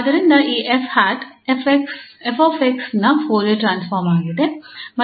ಆದ್ದರಿಂದ ಈ 𝑓 𝑥 ನ ಫೋರಿಯರ್ ಟ್ರಾನ್ಸ್ಫಾರ್ಮ್ ಆಗಿದೆ